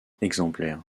exemplaires